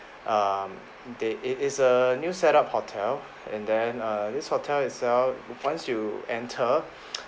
um they it it's a new set up hotel and then err this hotel itself once you enter